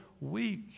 weak